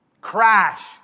Crash